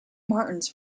martins